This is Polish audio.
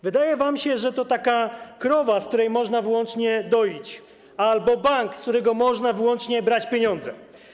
Wydaje się wam, że to taka krowa, którą można wyłącznie doić, albo bank, z którego można wyłącznie brać pieniądze.